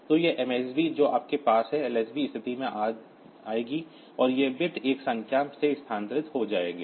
तो यह MSB जो हमारे पास है LSB स्थिति में आएगी और ये बिट्स एक स्थिति से स्थानांतरित हो जाएंगे